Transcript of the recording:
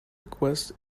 request